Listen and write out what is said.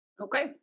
Okay